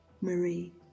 Marie